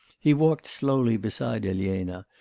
he walked slowly beside elena,